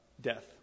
death